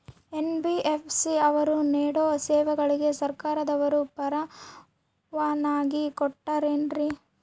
NBFC ಅವರು ನೇಡೋ ಸೇವೆಗಳಿಗೆ ಸರ್ಕಾರದವರು ಪರವಾನಗಿ ಕೊಟ್ಟಾರೇನ್ರಿ?